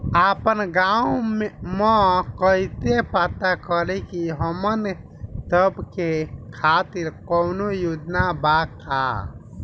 आपन गाँव म कइसे पता करि की हमन सब के खातिर कौनो योजना बा का?